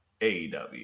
AEW